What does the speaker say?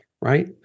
right